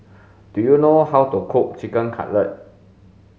do you know how to cook Chicken Cutlet